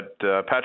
Patrick